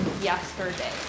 yesterday